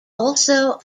also